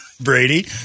Brady